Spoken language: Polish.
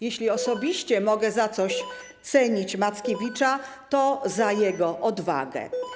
Jeśli osobiście mogę za coś cenić Mackiewicza, to za jego odwagę.